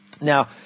Now